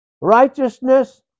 Righteousness